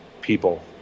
people